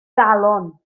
galon